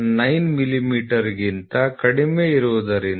09 ಮಿಲಿಮೀಟರ್ಗಿಂತ ಕಡಿಮೆಯಿರುವುದರಿಂದ